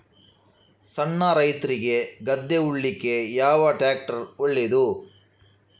ಸಣ್ಣ ರೈತ್ರಿಗೆ ಗದ್ದೆ ಉಳ್ಳಿಕೆ ಯಾವ ಟ್ರ್ಯಾಕ್ಟರ್ ಒಳ್ಳೆದು?